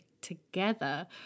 together